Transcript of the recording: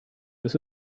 this